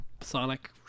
Sonic